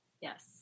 Yes